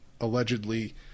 allegedly